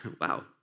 Wow